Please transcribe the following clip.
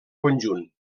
conjunt